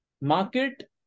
market